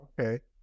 okay